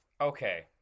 okay